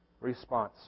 response